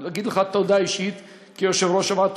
להגיד לך תודה אישית כיושב-ראש הוועדה.